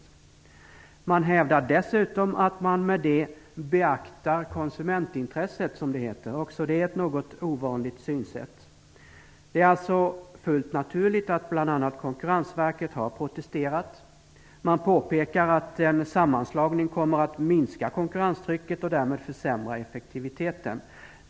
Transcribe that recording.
I propositionen hävdas dessutom att man med detta beaktar konsumentintresset, som det heter - också det ett något ovanligt synsätt. Det är alltså fullt naturligt att man från bl.a. Konkurrensverkets sida har protesterat. Man påpekar att en sammanslagning kommer att minska konkurrenstrycket och därmed försämra effektiviteten.